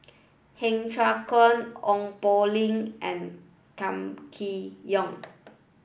Heng Cheng Hwa Ong Poh Lim and Kam Kee Yong